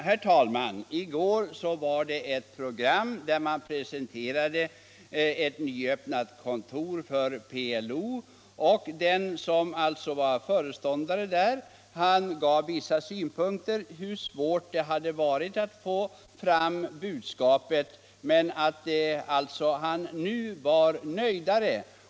Herr talman! I går sändes ett program där ett nyöppnat kontor för PLO presenterades. Den som var föreståndare för detta gav vissa synpunkter på hur svårt det hade varit att få fram budskapet. Men nu var han nöjdare.